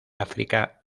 áfrica